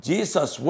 Jesus